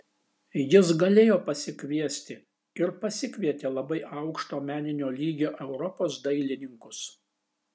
jis galėjo pasikviesti ir pasikvietė labai aukšto meninio lygio europos dailininkus